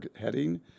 heading